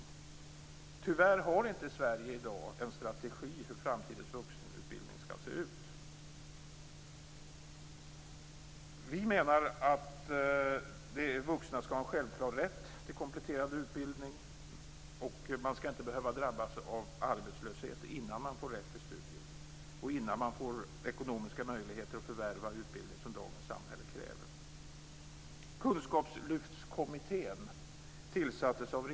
Tyvärr har inte Sverige i dag en strategi för hur framtidens vuxenutbildning skall se ut. Vi menar att vuxna skall ha en självklar rätt till kompletterande utbildning. Man skall inte behöva drabbas av arbetslöshet innan man får rätt till studier och innan man får ekonomiska möjligheter att förvärva utbildning som dagens samhälle kräver.